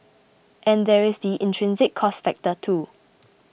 and there is the intrinsic cost factor too